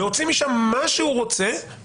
להוציא משם מה שהוא רוצה,